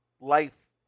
life